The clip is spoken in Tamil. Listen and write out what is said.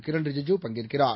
கிரன்ரிஜிஜுபங்கேற்கிறார்